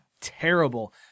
Terrible